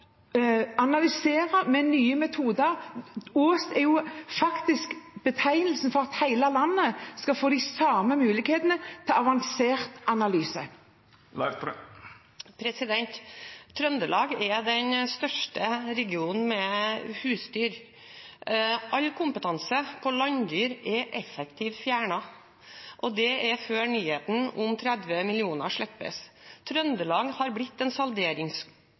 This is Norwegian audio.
analysere med nye metoder. Ås er faktisk en forutsetning for at hele landet skal få de samme mulighetene til avansert analyse. Trøndelag er den største regionen med husdyr. All kompetanse på landdyr er effektivt fjernet, og det er før nyheten om 30 mill. kr slippes. Trøndelag har blitt en